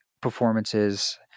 performances